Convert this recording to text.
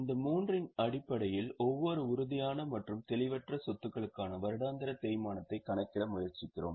இந்த மூன்றின் அடிப்படையில் ஒவ்வொரு உறுதியான மற்றும் தெளிவற்ற சொத்துக்களுக்கான வருடாந்திர தேய்மானத்தைக் கணக்கிட முயற்சிக்கிறோம்